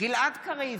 גלעד קריב,